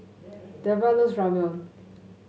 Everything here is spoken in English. Dellar loves Ramyeon